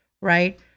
right